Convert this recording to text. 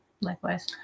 Likewise